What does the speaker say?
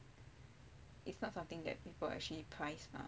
it's not something that people actually prize mah